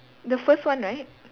the first one right